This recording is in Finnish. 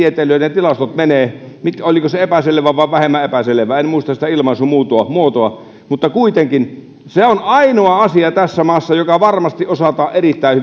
tilastot menevät oliko se epäselvä vai vähemmän epäselvä en muista sitä ilmaisumuotoa mutta kuitenkin se on ainoa asia tässä maassa joka varmasti osataan erittäin